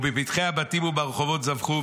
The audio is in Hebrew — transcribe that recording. ובפתחי הבתים וברחובות זבחו.